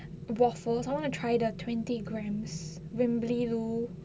waffles I want try to the twenty gramme